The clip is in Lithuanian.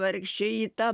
vargšė į tą